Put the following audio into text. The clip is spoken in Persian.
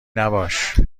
نباش